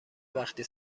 وقتی